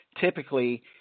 typically